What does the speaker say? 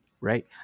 right